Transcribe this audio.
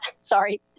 sorry